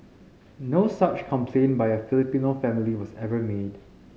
no such complaint by a Filipino family was ever made